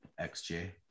XJ